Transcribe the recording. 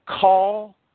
call